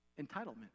Entitlement